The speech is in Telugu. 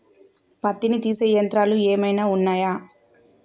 పత్తిని తీసే యంత్రాలు ఏమైనా ఉన్నయా?